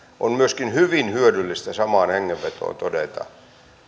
on myöskin hyvin hyödyllistä samaan hengenvetoon todeta